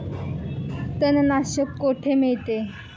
तणनाशक कुठे मिळते?